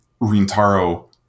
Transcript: Rintaro